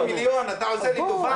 נותן לי מיליון שקל אתה עושה לי טובה?